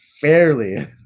Fairly